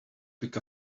pick